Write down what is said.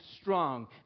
strong